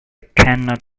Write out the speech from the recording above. cannot